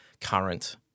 current